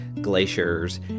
glaciers